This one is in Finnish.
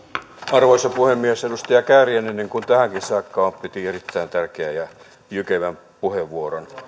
arvoisa puhemies edustaja kääriäinen niin kuin tähänkin saakka piti erittäin tärkeän ja jykevän puheenvuoron